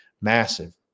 massive